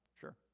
Sure